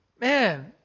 man